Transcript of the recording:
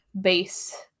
base